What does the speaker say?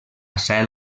cel